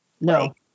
No